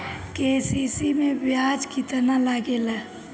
KCC मै ब्याज केतनि लागेला?